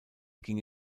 ging